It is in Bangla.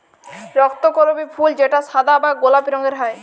রক্তকরবী ফুল যেটা সাদা বা গোলাপি রঙের হ্যয়